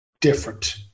different